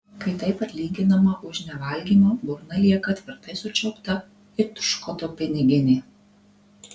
kai taip atlyginama už nevalgymą burna lieka tvirtai sučiaupta it škoto piniginė